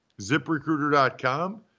ZipRecruiter.com